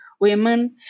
women